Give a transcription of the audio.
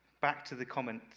back to the comment